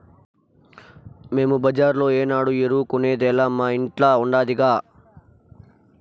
మేము బజార్లో ఏనాడు ఎరువు కొనేదేలా మా ఇంట్ల ఉండాదిగా